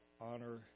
honor